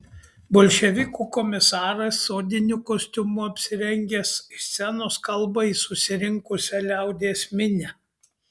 bolševikų komisaras odiniu kostiumu apsirengęs iš scenos kalba į susirinkusią liaudies minią